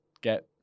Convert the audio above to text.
get